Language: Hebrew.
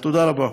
תודה רבה.